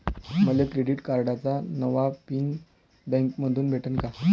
मले क्रेडिट कार्डाचा नवा पिन बँकेमंधून भेटन का?